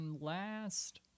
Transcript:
last